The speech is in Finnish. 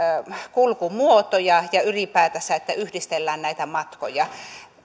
kulkumuotoja ja ylipäätänsä että yhdistellään näitä matkoja käytetään